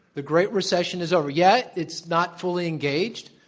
the great recession is over, yes, it's not fully engaged.